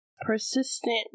Persistent